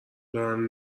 دارن